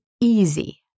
easy